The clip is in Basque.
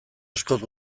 askoz